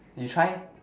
you try